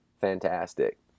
fantastic